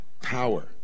power